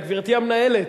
גברתי המנהלת,